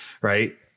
right